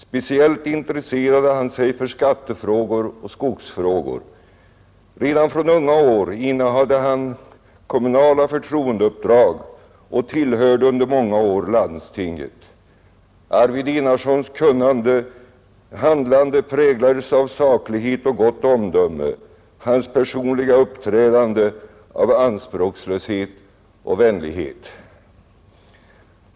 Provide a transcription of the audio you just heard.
Speciellt intresserade han sig för skattefrågor och skogsfrågor. Redan från unga år innehade han kommunala förtroendeuppdrag, och han tillhörde under många år landstinget. Arvid Enarssons handlande präglades av saklighet och gott omdöme, hans personliga uppträdande av anspråkslöshet och vänlighet.